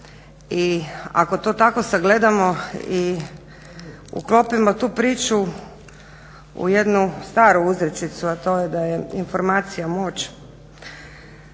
I ako to tako sagledamo i uklopimo tu priču u jednu staru uzrečicu, a to je: "Da je informacija moć.",